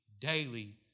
daily